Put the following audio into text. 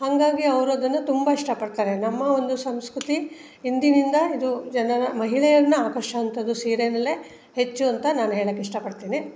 ಹಾಗಾಗಿ ಅವರು ಅದನ್ನು ತುಂಬ ಇಷ್ಟಪಡ್ತಾರೆ ನಮ್ಮ ಒಂದು ಸಂಸ್ಕೃತಿ ಇಂದಿನಿಂದ ಇದು ಜನರ ಮಹಿಳೆಯನ್ನು ಆಕರ್ಷಿಸೋ ಅಂಥದ್ದು ಸೀರೆಯಲ್ಲೇ ಹೆಚ್ಚು ಅಂತ ನಾನು ಹೇಳೋಕೆ ಇಷ್ಟಪಡ್ತೀನಿ